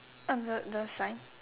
uh the the sign